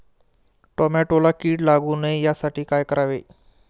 टोमॅटोला कीड लागू नये यासाठी काय करावे?